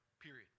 Period